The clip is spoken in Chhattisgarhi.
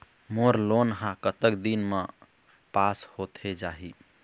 मोर लोन हा कतक दिन मा पास होथे जाही?